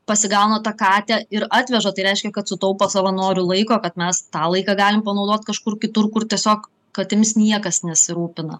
pasigaunu tą katę ir atveža tai reiškia kad sutaupo savanorių laiko kad mes tą laiką galim panaudot kažkur kitur kur tiesiog katėmis niekas nesirūpina